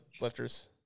lifters